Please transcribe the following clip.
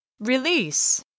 Release